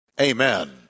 Amen